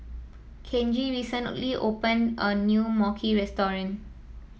Kenji recently opened a new Mochi restaurant